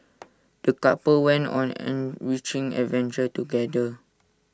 the couple went on an enriching adventure together